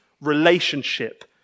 relationship